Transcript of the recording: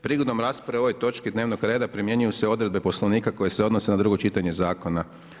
Prigodom rasprave o ovoj točci dnevnog reda, primjenjuju se odredbe poslovnika koje se odnose na drugo čitanje zakona.